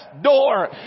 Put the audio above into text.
door